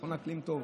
נכון שהאקלים טוב,